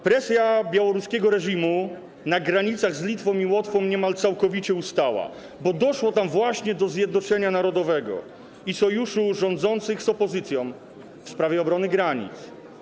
Presja białoruskiego reżimu na graniach z Litwą i Łotwą niemal całkowicie ustała, bo doszło tam właśnie do zjednoczenia narodowego i sojuszu rządzących z opozycją w sprawie obrony granic.